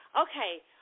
okay